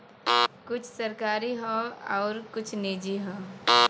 कुछ सरकारी हौ आउर कुछ निजी हौ